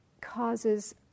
causes